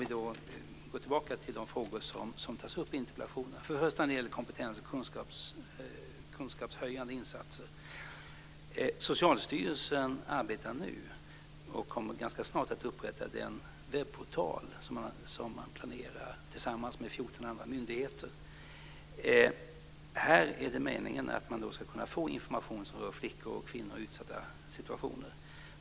Vi kan gå tillbaka till de frågor som togs upp i interpellationerna. När det gäller kompetens och kunskapshöjande insatser vill jag nämna att Socialstyrelsen ganska snart kommer att upprätta en webbportal, som man planerar tillsammans med 14 andra myndigheter. Där är det meningen att man ska kunna få information som rör flickor och kvinnor i utsatta situationer.